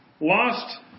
lost